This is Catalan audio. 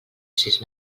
sis